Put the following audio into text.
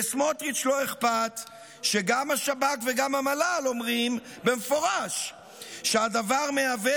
לסמוטריץ' לא אכפת שגם השב"כ וגם המל"ל אומרים במפורש שהדבר מהווה,